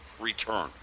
return